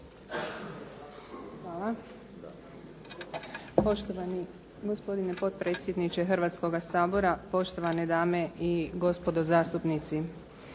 Hvala.